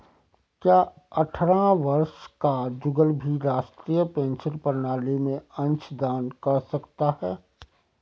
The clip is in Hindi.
क्या अट्ठारह वर्ष का जुगल भी राष्ट्रीय पेंशन प्रणाली में अंशदान कर सकता है?